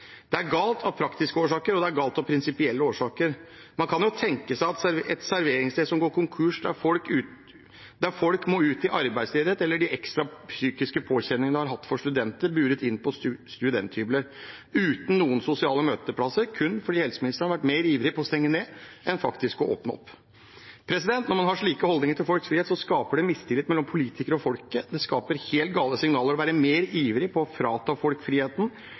Det er galt av praktiske årsaker, og det er galt av prinsipielle årsaker. Man kan jo tenke seg at et serveringssted går konkurs og folk må ut i arbeidsledighet, eller de ekstra psykiske påkjenningene det har hatt for studenter buret inne på studenthybler, uten noen sosiale møteplasser, kun fordi helseministeren har vært mer ivrig på å stenge ned enn faktisk å åpne opp. Når man har slike holdninger til folks frihet, skaper det mistillit mellom politikere og folket. Det skaper helt gale signaler å være mer ivrig på å frata folk friheten